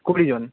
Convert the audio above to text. কুড়িজন